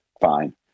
fine